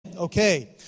Okay